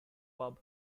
pub